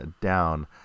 down